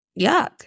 yuck